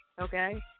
okay